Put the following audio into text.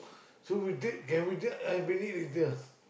so we take can we just I bring it later lah